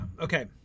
okay